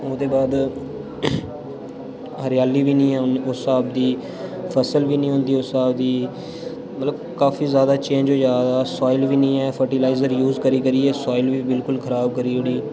हून ओह्दे बाद हरियाली बी निं ऐ उस स्हाब दी फसल बी निं होंदी उस्स स्हाब दी मतलब काफी जादा चेंज होई जा दा सॉइल बी निं ऐ फर्टिलाइजर यूज़ करी करियै सॉइल बी बिल्कुल खराब करी उड़ी